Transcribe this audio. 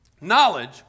Knowledge